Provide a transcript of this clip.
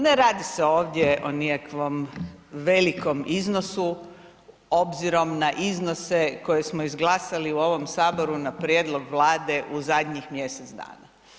Ne radi se ovdje o nikakvom velikom iznosu obzirom na iznose koje smo izglasali u ovom Saboru na prijedlog Vlade u zadnjih mjesec dana.